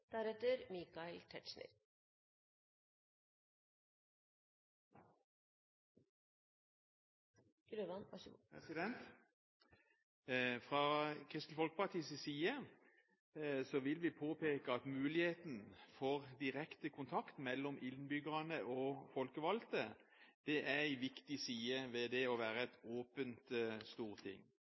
Fra Kristelig Folkepartis side vil vi påpeke at muligheten for direkte kontakt mellom innbyggerne og folkevalgte er en viktig side ved det å være et åpent storting.